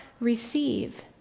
receive